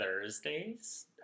Thursdays